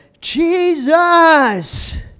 Jesus